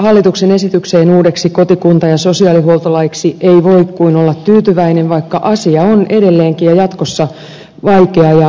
hallituksen esitykseen uudeksi kotikunta ja sosiaalihuoltolaiksi ei voi kuin olla tyytyväinen vaikka asia on edelleenkin ja jatkossa vaikea ja moniulotteinen